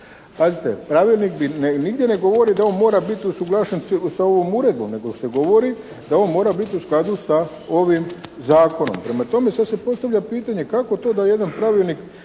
pravilnik nigdje ne govori da on mora biti usuglašen sa ovom uredbom nego se govori da on mora biti u skladu sa ovim zakonom. Prema tome sada se postavlja pitanje kako to da jedan pravilnik